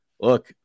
look